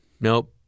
nope